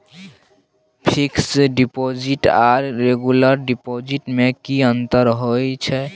Fix deposit आर regular deposit में की अंतर होय छै?